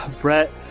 Brett